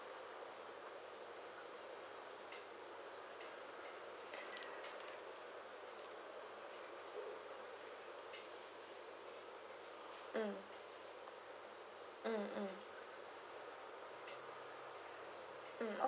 mm mm mm mm okay